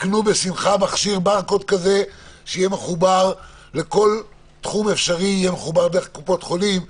יקנו בשמחה מכשיר ברקוד כזה שיהיה מחובר דרך קופות חולים,